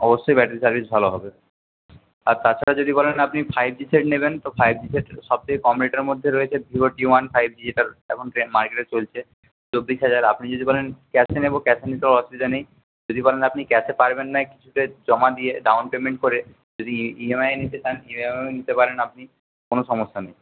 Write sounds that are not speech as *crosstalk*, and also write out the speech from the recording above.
অবশ্যই battery service ভালো হবে আর তাছাড়া যদি বলেন আপনি ফাইভ জি সেট নেবেন তো ফাইভ জি সেট সব থেকে কম রেটের মধ্যে রয়েছে ভিভোর জি ওয়ান ফাইভ জি যেটার এখন ট্রেন্ড মার্কেটে চলছে চব্বিশ হাজার আপনি যদি বলেন ক্যাশে নেব ক্যাশে নিতেও অসুবিধা নেই যদি বলেন আপনি ক্যাশে পারবেন না কিছুটা জমা দিয়ে ডাউন পেমেন্ট করে যদি ই এম আইয়ে নিতে চান *unintelligible* নিতে পারেন আপনি কোনও সমস্যা নেই